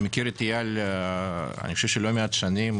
אני מכיר את אייל לא מעט שנים,